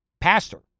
pastor